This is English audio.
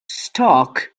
stark